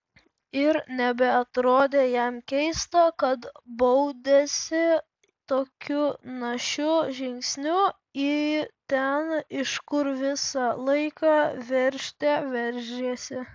ir nebeatrodė jam keista kad baudėsi tokiu našiu žingsniu į ten iš kur visą laiką veržte veržėsi